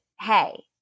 hey